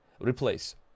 Replace